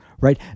Right